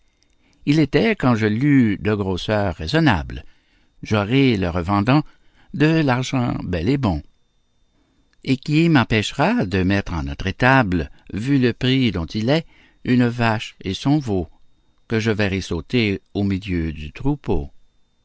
il était quand je l'eus de grosseur raisonnable j'aurai le revendant de l'argent bel et bon et qui m'empêchera de mettre en notre étable vu le prix dont il est une vache et son veau que je verrai sauter au milieu du troupeau